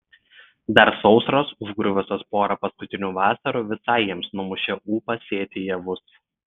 dar sausros užgriuvusios porą paskutinių vasarų visai jiems numušė ūpą sėti javus